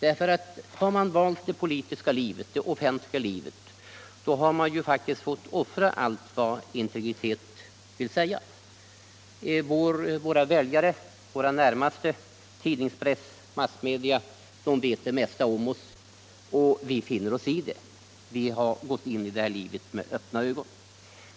Om man nämligen valt det politiska livet, det offentliga livet, har man faktiskt fått offra allt 121 vad integritet vill säga: Våra väljare, våra myndigheter, tidningspress och andra massmedia vet redan det mesta om oss, och vi finner oss i det, vi har ju gått in i det här livet med öppna ögon.